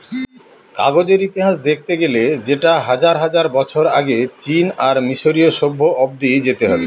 কাগজের ইতিহাস দেখতে গেলে সেটা হাজার হাজার বছর আগে চীন আর মিসরীয় সভ্য অব্দি যেতে হবে